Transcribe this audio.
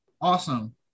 Awesome